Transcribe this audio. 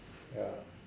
ya